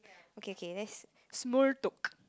okay okay let's small talk